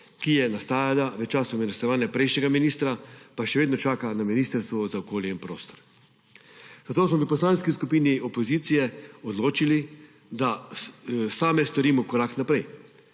ki je nastajala v času ministrovanja prejšnjega ministra, pa še vedno čaka na Ministrstvu za okolje in prostor. Zato smo se poslanske skupine opozicije odločile, da same storimo korak naprej.